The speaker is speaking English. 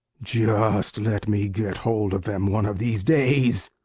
just let me get hold of them, one of these days.